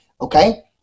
okay